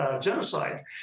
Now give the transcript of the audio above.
genocide